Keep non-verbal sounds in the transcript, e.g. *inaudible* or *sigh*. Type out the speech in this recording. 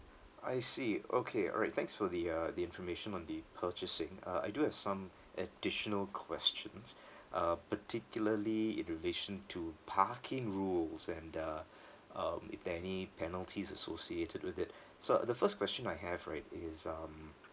I see okay alright thanks for the uh the information on the purchasing uh I do have some additional questions *breath* uh particularly in relation to parking rules and uh *breath* um if there any penalties associated with it so uh the first question I have right is um